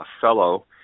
fellow